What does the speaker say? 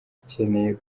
ikeneye